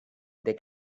they